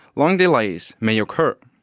long delays may occur.